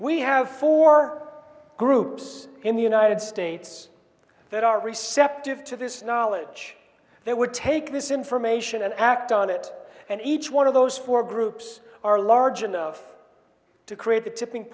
we have for our groups in the united states that are receptive to this knowledge they would take this information and act on it and each one of those four groups are large enough to create the tipping